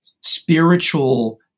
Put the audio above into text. spiritual